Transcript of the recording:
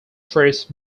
first